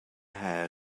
hair